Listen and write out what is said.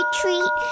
treat